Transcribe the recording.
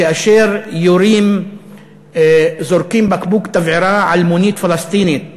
כאשר זורקים בקבוק תבערה על מונית פלסטינית